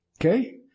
Okay